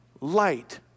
light